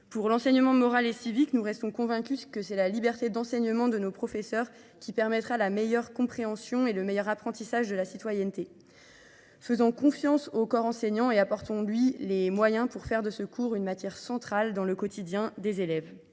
Pour l'enseignement moral et civique, nous restons convaincus que c'est la liberté d'enseignement de nos professeurs qui permettra la meilleure compréhension et le meilleur apprentissage de la citoyenneté. faisant confiance au corps enseignant et apportant lui les moyens pour faire de ce cours une matière centrale dans le quotidien des élèves.